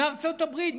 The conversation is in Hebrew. מארצות הברית,